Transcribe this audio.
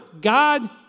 God